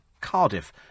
Cardiff